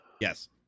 Yes